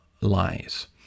lies